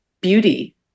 beauty